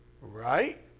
Right